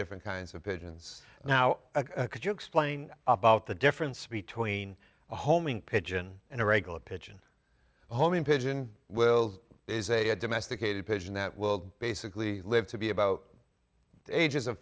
different kinds of pigeons now could you explain about the difference between a homing pigeon and a regular pigeon homing pigeon will is a domesticated pigeon that will basically live to be about ages of